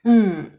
mm